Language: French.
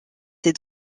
ses